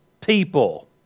people